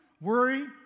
Worry